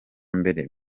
mbere